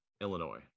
illinois